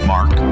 Mark